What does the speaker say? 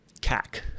CAC